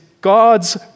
God's